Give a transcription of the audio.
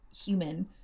human